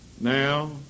Now